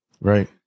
Right